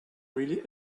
really